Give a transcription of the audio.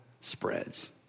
spreads